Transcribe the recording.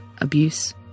abuse